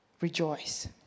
rejoice